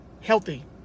healthy